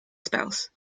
spouse